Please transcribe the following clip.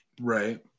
right